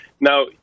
Now